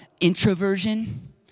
introversion